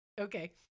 Okay